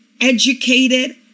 educated